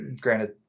Granted